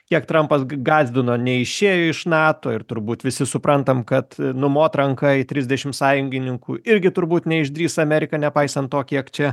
kiek trampas gąsdino neišėjo iš nato ir turbūt visi suprantam kad numot ranka į trisdešim sąjungininkų irgi turbūt neišdrįs amerika nepaisant to kiek čia